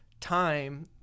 time